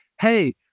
hey